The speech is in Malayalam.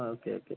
ആ ഓക്കെ ഓക്കെ